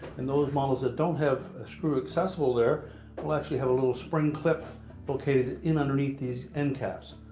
and those models that don't have a screw accessible there will actually have a little spring clip located in underneath these end caps.